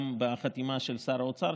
גם בחתימה של שר האוצר,